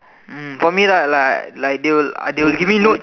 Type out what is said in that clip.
mm for me lah like like they will give me notes